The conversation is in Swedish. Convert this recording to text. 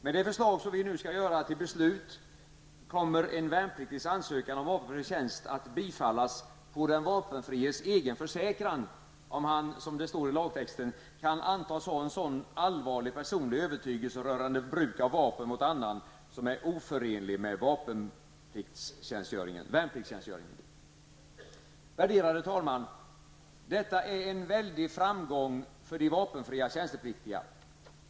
Med det förslag, som vi nu skall göra till beslut, kommer en värnpliktigs ansökan om vapenfri tjänst att bifallas på den vapenfries egen försäkran om han -- som det står i lagtexten -- kan antas ha en sådan allvarlig personlig övertygelse rörande bruk av vapen mot annan som är oförenlig med värnpliktstjänstgöringen. Värderade talman! Detta är en väldig framgång för de vapenfria tjänstepliktiga.